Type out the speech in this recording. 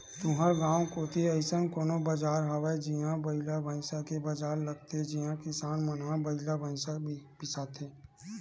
तुँहर गाँव कोती अइसन कोनो बजार हवय जिहां बइला भइसा के बजार लगथे जिहां किसान मन ह बइला भइसा बिसाथे